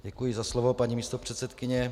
Děkuji za slovo, paní místopředsedkyně.